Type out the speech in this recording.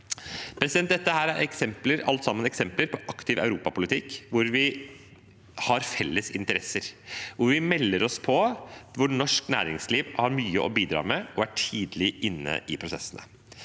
dette er eksempler på aktiv europapolitikk hvor vi har felles interesser, hvor vi melder oss på, og hvor norsk næringsliv har mye å bidra med og er tidlig inne i prosessene.